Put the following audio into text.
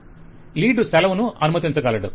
client lead సెలవును అనుమతించగలడు